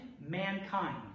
mankind